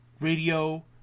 radio